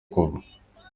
kuva